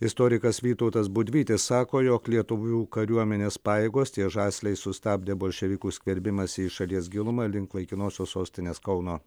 istorikas vytautas budvytis sako jog lietuvių kariuomenės pajėgos ties žasliais sustabdė bolševikų skverbimąsi į šalies gilumą link laikinosios sostinės kauno